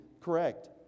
correct